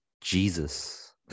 Jesus